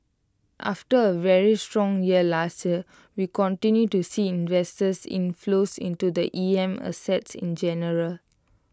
after A very strong year last year we continue to see investors inflows into the E M assets in general